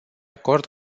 acord